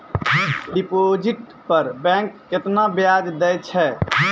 Deposit पर bank केतना ब्याज दै छै?